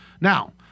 Now